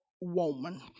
woman